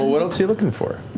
ah what else are you looking for?